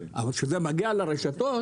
אבל כשזה מגיע לרשתות,